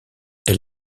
elle